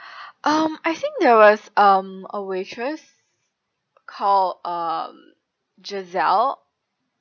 um I think there was um a waitress called um jazelle